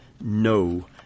no